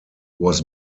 was